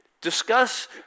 Discuss